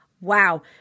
wow